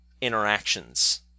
interactions